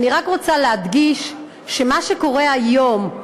אני רק רוצה להדגיש שמה שקורה היום,